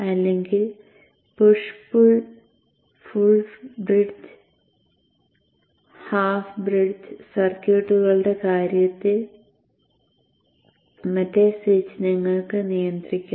അല്ലെങ്കിൽ push pull full bridge half bridge സർക്യൂട്ടുകളുടെ കാര്യത്തിൽ മറ്റേ സ്വിച്ച് നിങ്ങൾക്ക് നിയന്ത്രിക്കാം